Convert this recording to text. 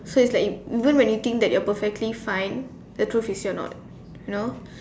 so it's like e~ even when you think you are perfectly fine the truth is you're not you know